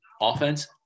offense